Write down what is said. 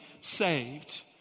saved